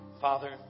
Father